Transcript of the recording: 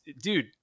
Dude